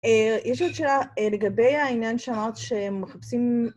יש עוד שאלה לגבי העניין שאמרת שהם מחפשים